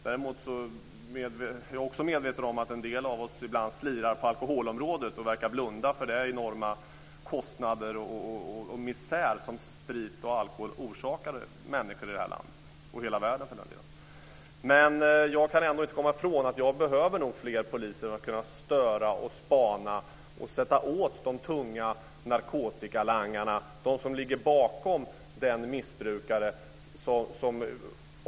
Däremot är jag också medveten att en del av oss slirar på alkoholområdet och blundar för de enorma kostnader och den misär som sprit och alkohol orsakar människor i hela världen. Jag kommer inte ifrån att jag anser att det behövs fler poliser för att störa, spana och sätta åt langarna av tung narkotika.